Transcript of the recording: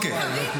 כן, היא שנתיים.